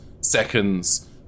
seconds